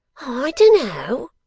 i don't know